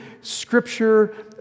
Scripture